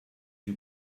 you